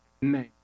name